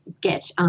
get